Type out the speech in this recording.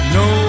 no